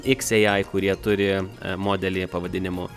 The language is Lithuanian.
xai kurie turi modelį pavadinimu